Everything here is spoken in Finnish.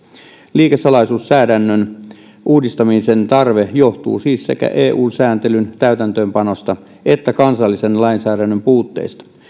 liikesalaisuuslainsäädännön uudistamisen tarve johtuu siis sekä eu sääntelyn täytäntöönpanosta että kansallisen lainsäädännön puutteista